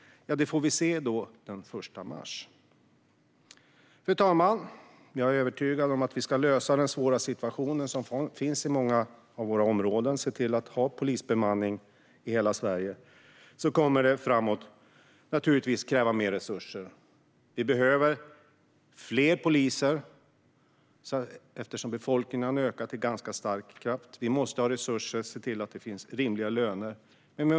Det får vi se den 1 mars. Fru talman! Jag är övertygad om att om vi ska lösa den svåra situationen som finns i många områden och se till att ha polisbemanning i hela Sverige kommer det att krävas mer resurser. Vi behöver fler poliser eftersom befolkningen har ökat i ganska snabb takt, och vi måste ha resurser till rimliga löner.